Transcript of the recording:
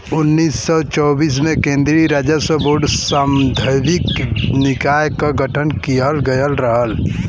उन्नीस सौ चौबीस में केन्द्रीय राजस्व बोर्ड सांविधिक निकाय क गठन किहल गयल रहल